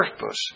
purpose